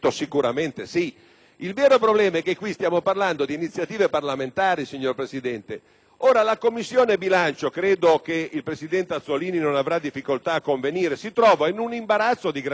Il vero problema è che qui stiamo parlando di iniziative parlamentari, signor Presidente. La Commissione bilancio - credo che il presidente Azzollini non avrà difficoltà a convenire con me - si trova in un fortissimo